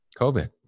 COVID